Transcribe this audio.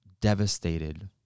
devastated